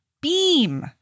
beam